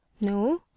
No